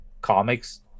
comics